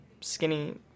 skinny